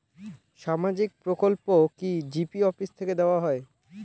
সামাজিক প্রকল্প কি জি.পি অফিস থেকে দেওয়া হয়?